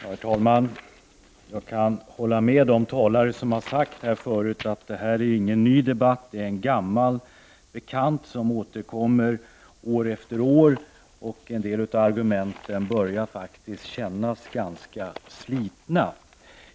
Herr talman! Jag kan hålla med de talare som har sagt att det här är ingen ny debatt. Det är en gammal bekant som återkommer år efter år, och en del av argumenten börjar faktiskt kännas ganska slitna.